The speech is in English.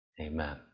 Amen